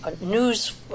news